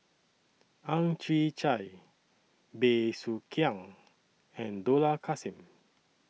Ang Chwee Chai Bey Soo Khiang and Dollah Kassim